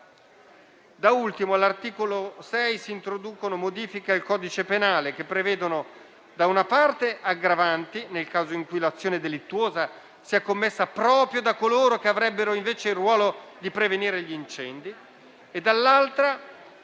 Da ultimo, all'articolo 6 si introducono modifiche al codice penale che prevedono da una parte aggravanti, nel caso in cui l'azione delittuosa sia commessa proprio da coloro che avrebbero invece il ruolo di prevenire gli incendi, e dall'altra